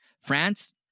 France